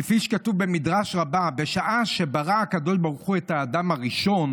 כפי שכתוב במדרש רבה: בשעה שברא הקדוש ברוך הוא את האדם הראשון